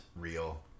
real